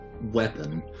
weapon